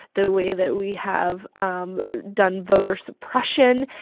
the way that we have um done voter suppression.